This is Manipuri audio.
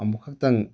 ꯑꯃꯨꯛ ꯈꯛꯇꯪ